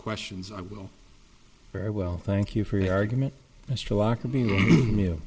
questions i will very well thank you for your argument